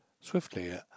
Swiftly